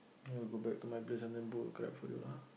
you want go back to my place and then book Grabfood you